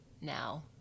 now